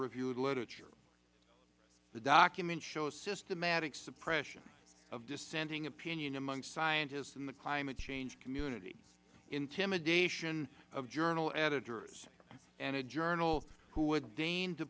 reviewed literature the documents show systematic suppression of dissenting opinion among scientists in the climate change community intimidation of journal editors and a journal who would de